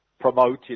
promoted